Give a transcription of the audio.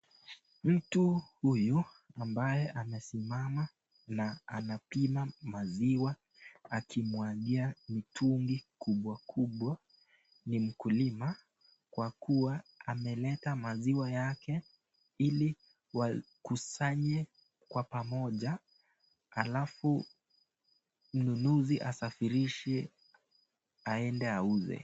Mtu huyu ambaye amesimama na anapima maziwa akimwagia mitungi kubwa kubwa ni mkulima kwa kuwa ameleta maziwa yake ili wakusanye kwa pamoja alafu mnunuzi asafirishe aende auze.